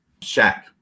Shaq